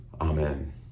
Amen